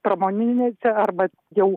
pramoninėse arba jau